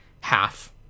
half